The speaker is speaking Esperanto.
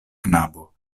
knabo